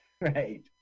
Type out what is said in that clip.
right